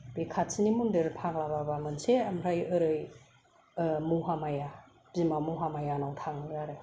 बे खाथिनि मन्दिर फाग्ला बाबा मोनसे ओमफ्राय ओरै महामाया बिमा महामायानाव थाङो आरो